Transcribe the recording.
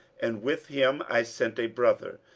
and with him i sent a brother.